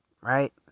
right